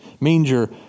manger